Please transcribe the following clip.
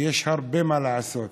ויש הרבה מה לעשות,